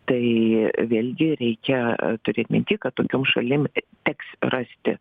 tai vėlgi reikia turėti minty kad tokiom šalim teks rasti